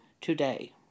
today